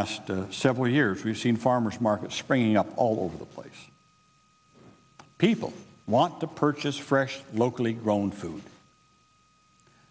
last several years we've seen farmer's market springing up all over the place people want to purchase fresh locally grown food